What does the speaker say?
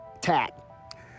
tat